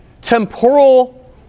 temporal